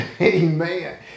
Amen